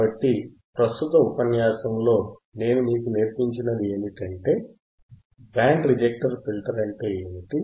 కాబట్టి ప్రస్తుత ఉపన్యాసంలో నేను మీకు నేర్పించినది ఏమిటంటే బ్యాండ్ రిజెక్ట్ ఫిల్టర్ అంటే ఏమిటి